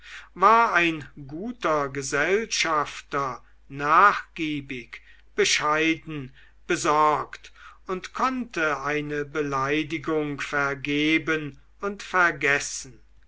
war ein guter gesellschafter nachgiebig bescheiden besorgt und konnte eine beleidigung vergeben und vergessen